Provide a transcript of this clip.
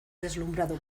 deslumbrado